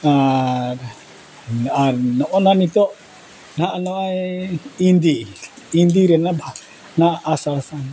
ᱟᱨ ᱟᱨ ᱱᱚᱜᱼᱚ ᱱᱚᱣᱟ ᱱᱤᱛᱳᱜ ᱱᱟᱦᱟᱜ ᱱᱚᱜᱼᱚᱭ ᱮᱸᱫᱮ ᱮᱸᱫᱮ ᱨᱮᱱᱟᱜ ᱱᱚᱣᱟ ᱟᱥᱟᱲᱼᱥᱟᱱ